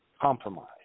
compromise